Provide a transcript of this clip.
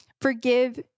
forgive